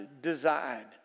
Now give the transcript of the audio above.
design